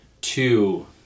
two